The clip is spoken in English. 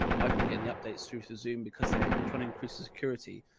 i've been getting the updates through to zoom because they try to increase the security.